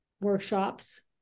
workshops